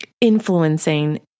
influencing